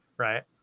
Right